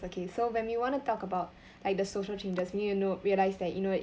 okay so when we want to talk about like the social changes we need to know realise that you know